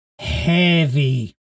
heavy